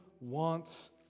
wants